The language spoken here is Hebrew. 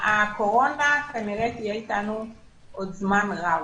הקורונה כנראה תהיה אתנו עוד זמן רב.